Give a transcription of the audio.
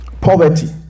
poverty